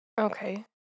Okay